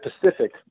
Pacific